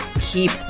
keep